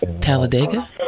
Talladega